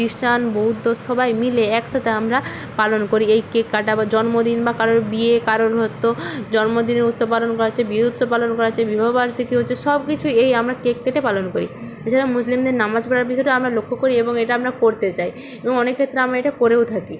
Christian বৌদ্ধ সবাই মিলে একসাতে আমরা পালন করি এই কেক কাটা বা জন্মদিন বা কারোর বিয়ে কারোর হতো জন্মদিনের উৎসব পালন করা হচ্ছে বিয়ের উৎসব পালন করা হচ্ছে বিবাহবার্ষিকী হচ্ছে সব কিছু এই আমরা কেক কেটে পালন করি এছাড়া মুসলিমদের নামাজ পড়ার বিষয়টা আমরা লক্ষ্য করি এবং এটা আমরা করতে চাই এবং অনেক ক্ষেত্রে এটা আমরা করেও থাকি